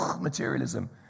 Materialism